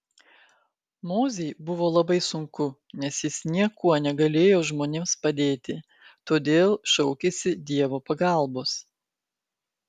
mozei buvo labai sunku nes jis niekuo negalėjo žmonėms padėti todėl šaukėsi dievo pagalbos